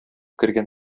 кергән